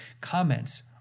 comments